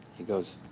he goes,